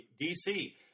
DC